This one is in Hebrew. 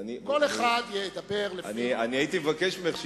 אני הייתי מבקש ממך,